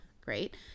Great